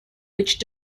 which